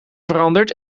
veranderd